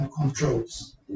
controls